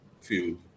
field